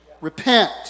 Repent